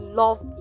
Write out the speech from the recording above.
love